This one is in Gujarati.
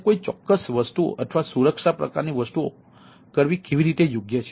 અને કોઈ ચોક્કસ વસ્તુ અથવા સુરક્ષા પ્રકારની વસ્તુઓ કરવી કેવી રીતે યોગ્ય છે